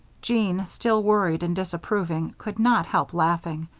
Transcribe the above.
jean, still worried and disapproving, could not help laughing,